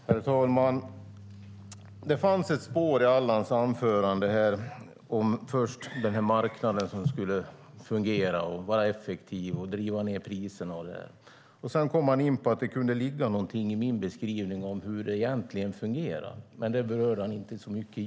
Herr talman! Det fanns ett spår i Allan Widmans anförande. Först var det marknaden som skulle fungera och vara effektiv, driva ned priserna och så vidare. Sedan kom han in på att det kunde ligga någonting i min beskrivning av hur det egentligen fungerar. Men det berörde han inte så mycket.